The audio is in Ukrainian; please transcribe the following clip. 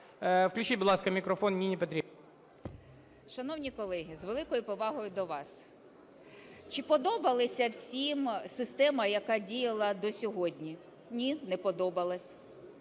Включіть, будь ласка, мікрофон Ніні Петрівні.